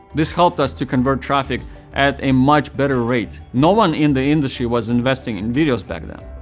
this helped us to convert traffic at a much better rate. no one in the industry was investing in videos back then.